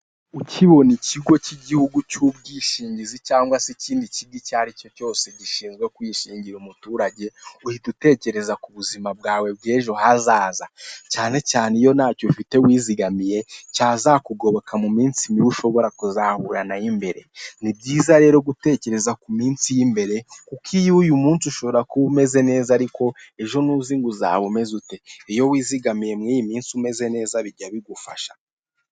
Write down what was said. Ukibona ikigo cy'igihugu cy'ubwishingizi cyangwa se ikindi kigo icy'aricyo cyose gishinzwe kwishingira umuturage, uhita utekereza ku buzima bwawe bw'ejo hazaza cyane cyane iyo ntacyo ufite wizigamiye cyazakugoboka mu minsi mibi ushobora kuzahura nayo imbere, nibyiza rero gutekereza ku minsi y'imbere kuko iyuy'umunsi ushobora kuba umeze neza ariko ejo ntuzi ngo uzaba umeze ute, iyo wizigamiye muri iyi minsi umeze neza bijya bigufasha.